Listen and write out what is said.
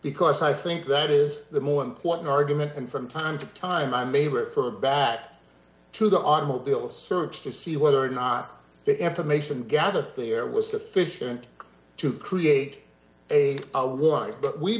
because i think that is the more important argument and from time to time i may refer back to the automobile search to see whether or not the information gathered there was sufficient to create a life but we